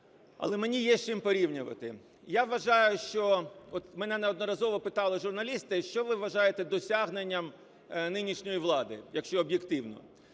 але мені є з чим порівнювати. Я вважаю, що... От мене неодноразово питали журналісти: що ви вважаєте досягненням нинішньої влади, якщо об'єктивно?